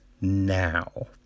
now